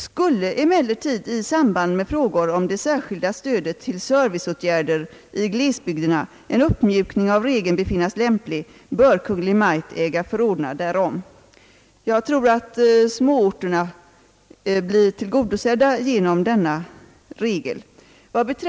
Skulle emellertid i samband med frågor om det särskilda stödet till serviceåtgärder i glesbygderna en uppmjukning av regeln befinnas lämplig bör Kungl. Maj:t äga förordna därom.» Jag tror att småorterna blir tillgodosedda genom denna regel.